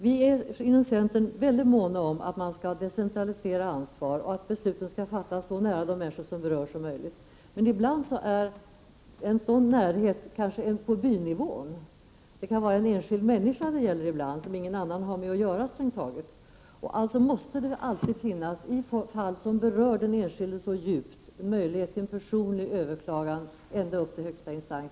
Vi är inom centern oerhört måna om att decentralisera ansvar och att besluten skall fattas så nära de människor som berörs som möjligt. Ibland finns en sådan närhet på bynivå. Ibland kan det gälla en människa som strängt taget ingen annan har att göra med. Därför måste det alltid i fall som berör den enskilde så djupt finnas möjlighet till ett personligt överklagande ända upp till högsta instans.